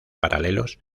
paralelos